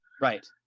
right